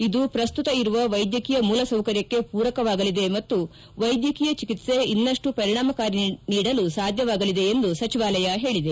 ಇದು ಪ್ರಸ್ತುತ ಇರುವ ವೈದ್ಯಕೀಯ ಮೂಲ ಸೌಕರ್ಯಕ್ಕೆ ಪೂರಕವಾಗಲಿದೆ ಮತ್ತು ವೈದ್ಯಕೀಯ ಚಿಕಿತ್ಸೆ ಇನ್ತಷ್ಟು ಪರಿಣಾಮಕಾರಿ ನೀಡಲು ಸಾಧ್ಯವಾಲಿದೆ ಎಂದು ಸಚಿವಾಲಯ ಹೇಳಿದೆ